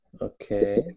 Okay